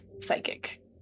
Psychic